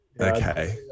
Okay